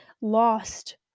lost